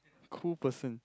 cool person